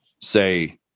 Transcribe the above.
say